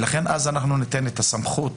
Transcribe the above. ואז אנחנו ניתן את הסמכות